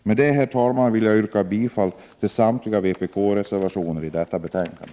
Med detta, herr talman, vill jag yrka bifall till samtliga vpk-reservationer till detta betänkande.